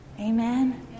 Amen